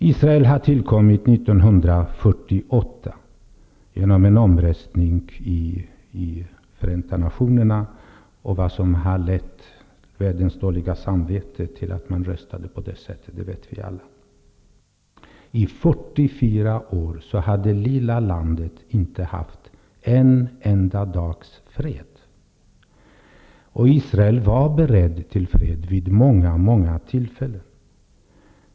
Israel tillkom 1948 genom en omröstning i Förenta nationerna. Vad som ledde världens dåliga samvete till att rösta så vet alla. I 44 år har det lilla landet inte haft en enda dags fred. Israel har varit berett till fred vid många tillfällen.